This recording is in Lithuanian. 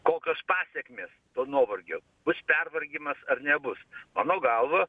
kokios pasekmės to nuovargio bus pervargimas ar nebus mano galva